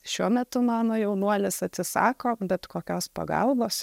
šiuo metu mano jaunuolis atsisako bet kokios pagalbos